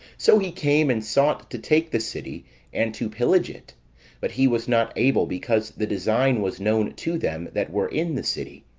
so he came, and sought to take the city and to pillage it but he was not able, because the design was known to them that were in the city.